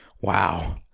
wow